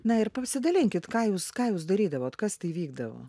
na ir pasidalinkit ką jūs ką jūs darydavot kas tai vykdavo